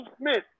Smith